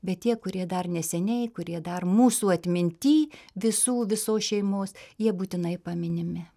bet tie kurie dar neseniai kurie dar mūsų atminty visų visos šeimos jie būtinai paminimi